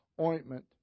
ointment